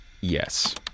Yes